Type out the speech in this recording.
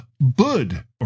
Bud